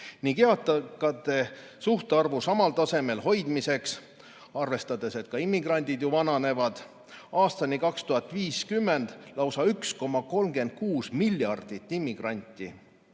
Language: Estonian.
ning eakate suhtarvu samal tasemel hoidmiseks, arvestades, et ka immigrandid ju vananevad, aastaks 2050 lausa 1,36 miljardit immigranti.